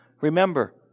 Remember